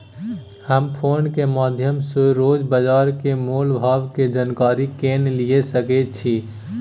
हम फोन के माध्यम सो रोज बाजार के मोल भाव के जानकारी केना लिए सके छी?